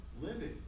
living